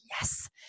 yes